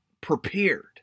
prepared